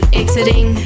exiting